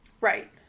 Right